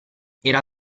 era